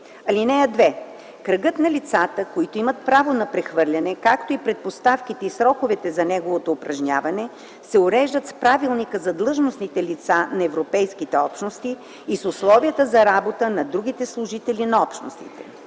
схеми. (2) Кръгът на лицата, които имат право на прехвърляне, както и предпоставките и сроковете за неговото упражняване се уреждат с Правилника за длъжностните лица на Европейските общности и с Условията за работа на другите служители на Общностите.